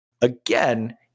Again